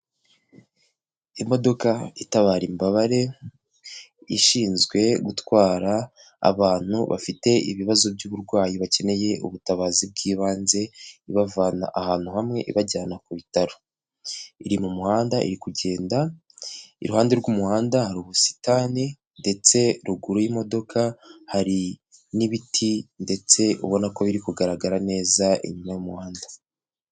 Imodoka itabara imbabare, ishinzwe gutwara abantu bafite ibibazo by'uburwayi bakeneye ubutabazi bw'ibanze, ibavana ahantu hamwe ibajyana ku bitaro. Iri mu muhanda iri kugenda, iruhande rw'umuhanda hari ubusitani ndetse ruguru y'imodoka hari n'ibiti ndetse ubona ko biri kugaragara neza inyuma y'umuhanda.